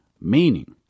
Meaning